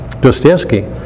Dostoevsky